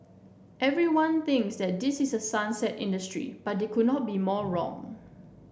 everyone thinks this is a sunset industry but they could not be more wrong